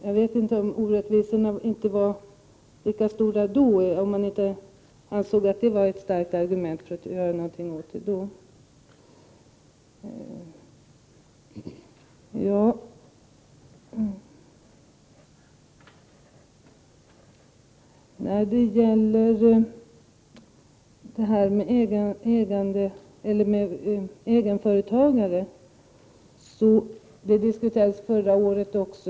Jag vet inte om orättvisorna var lika stora då, eftersom man inte ansåg att de var ett starkt argument för att göra något åt situationen. Egenföretagarna diskuterades förra året.